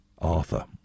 Arthur